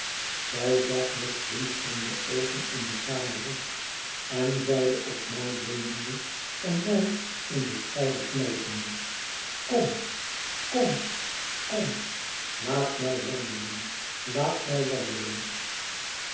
zij zag met glinsterende oogen in dekamer rond en zeide op mij leunende en mij in den schouder knijpende kom kom kom laat mij wandelen laat mi wandelen